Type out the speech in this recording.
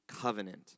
covenant